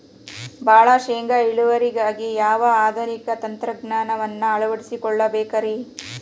ಭಾಳ ಶೇಂಗಾ ಇಳುವರಿಗಾಗಿ ಯಾವ ಆಧುನಿಕ ತಂತ್ರಜ್ಞಾನವನ್ನ ಅಳವಡಿಸಿಕೊಳ್ಳಬೇಕರೇ?